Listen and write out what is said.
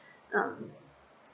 um